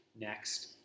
next